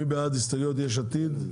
מי בעד ההסתייגויות של יש עתיד?